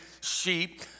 sheep